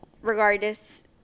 regardless